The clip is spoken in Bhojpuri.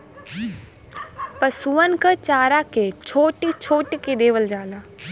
पसुअन क चारा के छोट्टी छोट्टी कै देवल जाला